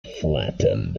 flattened